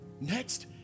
next